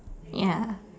ya